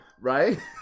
Right